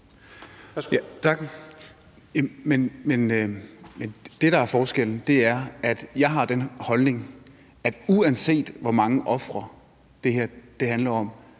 Tak. Men det, der er forskellen, er, at jeg har den holdning, at uanset hvor mange ofre det her handler om,